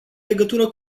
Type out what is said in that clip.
legătură